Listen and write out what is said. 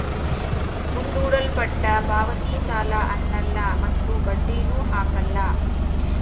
ಮುಂದೂಡಲ್ಪಟ್ಟ ಪಾವತಿ ಸಾಲ ಅನ್ನಲ್ಲ ಮತ್ತು ಬಡ್ಡಿನು ಹಾಕಲ್ಲ